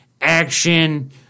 action